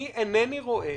אני אינני רואה